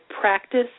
practice